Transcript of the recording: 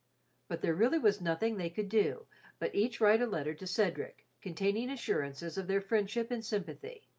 but there really was nothing they could do but each write a letter to cedric, containing assurances of their friendship and sympathy.